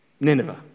Nineveh